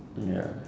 ya